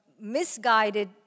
misguided